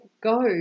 go